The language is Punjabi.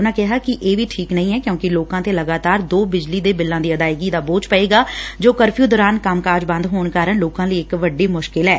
ਉਨਾਂ ਕਿਹਾ ਕਿ ਇਹ ਵੀ ਠੀਕ ਨਹੀ ਐ ਕਿਊਂਕਿ ਲੋਕਾ ਤੇ ਲਗਾਤਾਰ ਦੋ ਬਿਜਲੀ ਦੇ ਬਿੱਲਾਂ ਦੀ ਅਦਾਇਗੀ ਦਾ ਬੋਝ ਪਵੇਗਾ ਜੋ ਕਰਫਿਉ ਦੌਰਾਨ ਕੰਮ ਕਾਜ ਬੰਦ ਹੋਣ ਕਾਰਨ ਲੋਕਾਂ ਲਈ ਇਕ ਵੱਡੀ ਮੁਸ਼ਕਿਲ ਐ